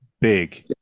big